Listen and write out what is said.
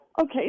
Okay